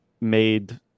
made